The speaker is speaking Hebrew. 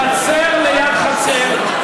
חצר ליד חצר.